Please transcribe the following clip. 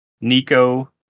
Nico